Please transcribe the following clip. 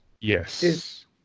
yes